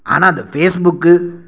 ஆனால் அந்த ஃபேஸ்புக்கு